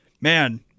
man